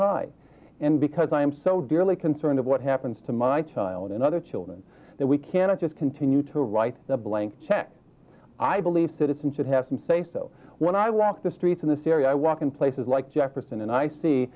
high and because i am so dearly concerned of what happens to my child and other children that we cannot just continue to write the blank check i believe citizens should have some say so when i walk the streets of the series i walk in places like jefferson and i see